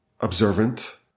observant